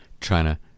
China